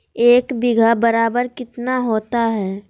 एक बीघा बराबर कितना होता है?